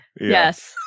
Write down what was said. Yes